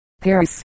Paris